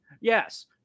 Yes